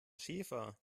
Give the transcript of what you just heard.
schäfer